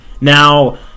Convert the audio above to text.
now